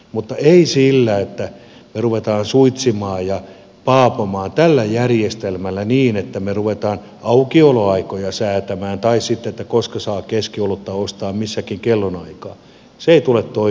mutta ei se että me rupeamme suitsimaan ja paapomaan tällä järjestelmällä niin että me rupeamme aukioloaikoja säätämään tai sitä missä saa keskiolutta ostaa mihinkin kellonaikaan tule toimimaan